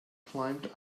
climbed